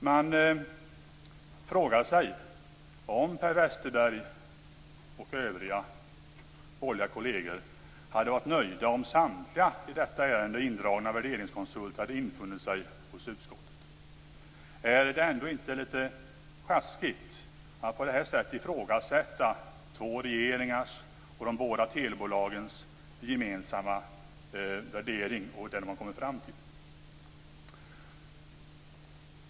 Man frågar sig om Per Westerberg och övriga borgerliga kolleger hade varit nöjda om samtliga i detta ärende indragna värderingskonsulter hade infunnit sig hos utskottet. Är det ändå inte lite sjaskigt att på det här sättet ifrågasätta två regeringars och de båda telebolagens gemensamma värdering och vad de har kommit fram till?